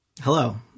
Hello